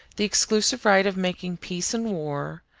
the exclusive right of making peace and war,